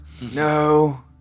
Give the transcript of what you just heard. No